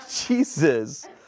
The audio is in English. Jesus